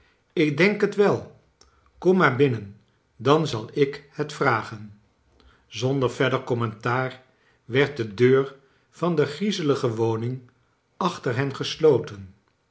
ik denk het wei kom maar binnen dan zal ik het vragen zonder verder commentaar werd do deur van de griezelige woning achter hen gesloten